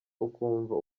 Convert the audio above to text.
ukumva